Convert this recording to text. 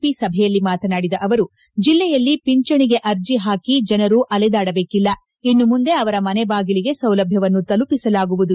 P ಸಭೆಯಲ್ಲಿ ಮಾತನಾಡಿದ ಅವರು ಜಿಲ್ಲೆಯಲ್ಲಿ ಪಿಂಚಣಿಗೆ ಅರ್ಜಿ ಹಾಕಿ ಜನರು ಅಲೆದಾಡಬೇಕಿಲ್ಲ ಇನ್ನು ಮುಂದೆ ಅವರ ಮನೆಬಾಗಿಲಿಗೆ ಸೌಲಭ್ವವನ್ನು ತಲುಪಿಸಲಾಗುವುದು ಎಂದು ಹೇಳಿದರು